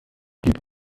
blieb